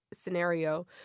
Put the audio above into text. scenario